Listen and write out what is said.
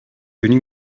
venu